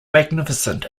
magnificent